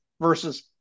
versus